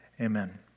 Amen